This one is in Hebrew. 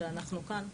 ואנחנו כאן.